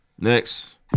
Next